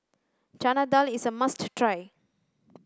Chana Dal is a must try